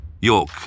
York